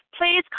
Please